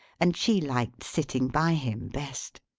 and she liked sitting by him, best.